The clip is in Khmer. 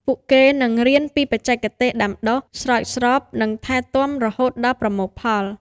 ពួកគេក៏នឹងរៀនពីបច្ចេកទេសដាំដុះ ស្រោចស្រព និងថែទាំរហូតដល់ប្រមូលផល។